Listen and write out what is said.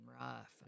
rough